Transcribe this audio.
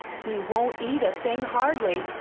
he won't eat a thing hardly,